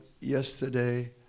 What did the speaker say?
yesterday